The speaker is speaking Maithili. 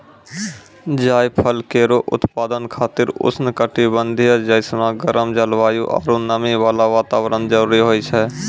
जायफल केरो उत्पादन खातिर उष्ण कटिबंधीय जैसनो गरम जलवायु आरु नमी वाला वातावरण जरूरी होय छै